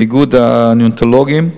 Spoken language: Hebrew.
ואיגוד הנאונטולוגים,